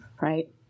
right